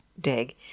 dig